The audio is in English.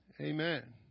Amen